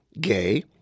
gay